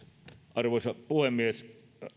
arvoisa puhemies